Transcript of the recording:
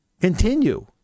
continue